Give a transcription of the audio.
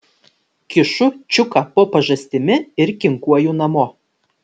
kišu čiuką po pažastimi ir kinkuoju namo